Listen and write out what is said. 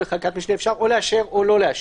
שאז אפשר לאשר או לא לאשר.